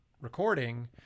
recording